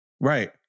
Right